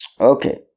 okay